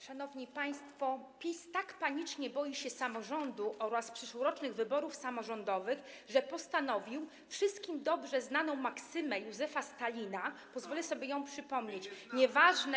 Szanowni państwo, PiS tak panicznie boi się samorządu oraz przyszłorocznych wyborów samorządowych, że postanowił wszystkim dobrze znaną maksymę Józefa Stalina, pozwolę sobie ją przypomnieć, nieważne.